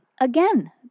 again